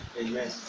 Amen